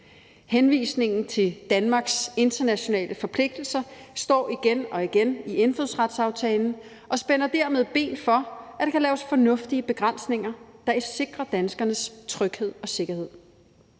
Henvisningen til Danmarks internationale forpligtelser står igen og igen i indfødsretsaftalen og spænder dermed ben for, at der kan laves fornuftige begrænsninger, der sikrer danskernes tryghed og sikkerhed.